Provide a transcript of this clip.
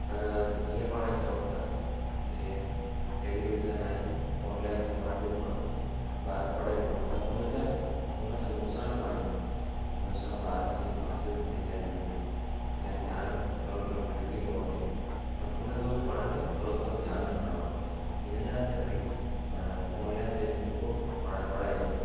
पर जीअं पाण चऊं था की टेलीविज़न आहे ऑनलाइन जे माध्यम मां ॿारु पढ़े थो त उनजा उनखे नुक़सान ॿ आहिनि उनसां ॿार जी अखियूं बि खिचाइजनि थियूं या ध्यानु थोरो थोरो भिटिकी थो वञे त उनजो बि पाण खे थोरो थोरो ध्यानु रखिणो आहे ईएं न की भई ऑनलाइन ते च रुॻो पढ़ायूं